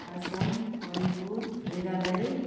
Assam Manipur Meghalaya